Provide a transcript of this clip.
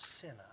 sinner